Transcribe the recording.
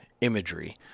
imagery